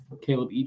Caleb